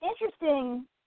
interesting